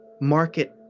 market